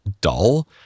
dull